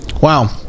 Wow